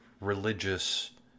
religious